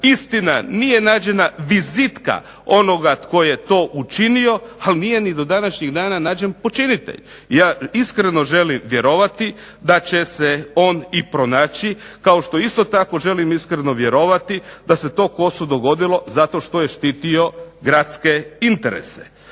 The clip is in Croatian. Istina nije nađena vizitka onoga tko je to učinio ali nije ni do današnjeg dana nađen počinitelj. Ja iskreno želim vjerovati da će se on i pronaći kao što isto tako želim iskreno vjerovati da se to Kosu dogodilo zato što je štitio gradske interese.